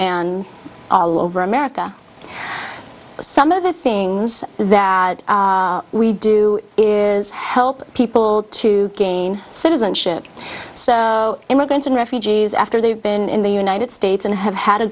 and all over america some of the things that we do is help people to gain citizenship so immigrants and refugees after they've been in the united states and have had a